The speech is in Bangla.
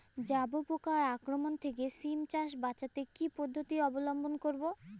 জাব পোকার আক্রমণ থেকে সিম চাষ বাচাতে কি পদ্ধতি অবলম্বন করব?